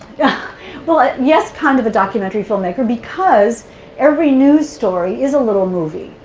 yeah well, yes, kind of a documentary filmmaker, because every news story is a little movie.